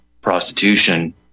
prostitution